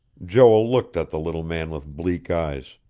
joel looked at the little man with bleak eyes.